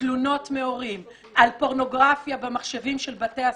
תלונות מהורים על פורנוגרפיה במחשבים של בתי הספר,